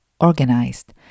organized